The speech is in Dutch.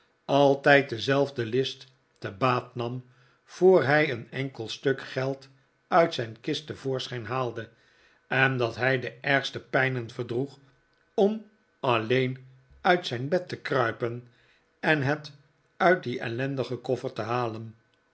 altijd dezelfde list te baat nam voor hij een enkel stuk geld uit zijn kist te voorschijn haalde en dat hij de ergste pijnen verdroeg om alleen uit zijn bed te kruipen en het uit dien ellendigen koffer te halen